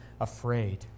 afraid